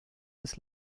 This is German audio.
des